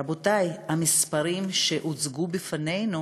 רבותי, המספרים שהוצגו בפנינו